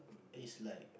is like